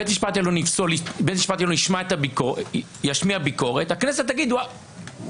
בית משפט ישמיע ביקורת, הכנסת תגיד: נקיים